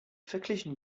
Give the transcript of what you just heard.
verglichen